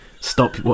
Stop